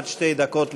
עד שתי דקות לרשותך,